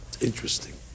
Interesting